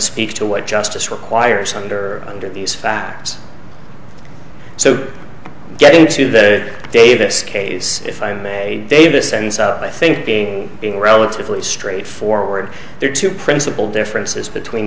speak to what justice requires under under these facts so getting to that davis case if i may davis and i think being being relatively straightforward there are two principle differences between